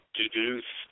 deduce